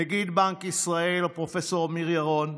נגיד בנק ישראל פרופ' אמיר ירון,